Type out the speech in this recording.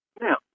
Now